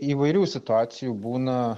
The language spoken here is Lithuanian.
įvairių situacijų būna